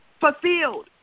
fulfilled